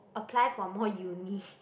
apply for more uni